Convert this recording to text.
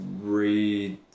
read